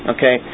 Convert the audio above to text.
Okay